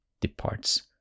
departs